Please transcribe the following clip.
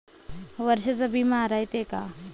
वर्षाचा बिमा रायते का?